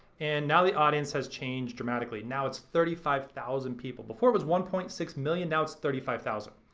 and now the audience has changed dramatically. now it's thirty five thousand people. before it was one point six million, now it's thirty five thousand.